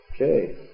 Okay